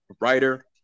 writer